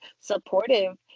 supportive